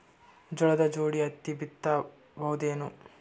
ಜೋಳದ ಜೋಡಿ ಹತ್ತಿ ಬಿತ್ತ ಬಹುದೇನು?